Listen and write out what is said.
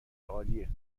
عالیه